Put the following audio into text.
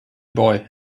boy